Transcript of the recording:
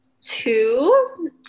two